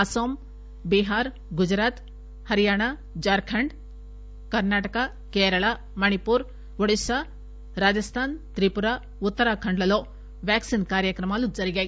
అస్సాం బీహార్ గుజరాత్ హరియాణ జార్ఖండ్ కర్ణాటక కేరళ మణిపూర్ ఒడిశ్ళా రాజస్టాన్ త్రిపుర ఉత్తరాఖండ్ లో వ్యాక్సిన్ కార్యక్రమాలు జరిగాయి